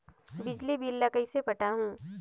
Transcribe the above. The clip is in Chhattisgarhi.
बिजली बिल ल कइसे पटाहूं?